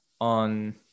on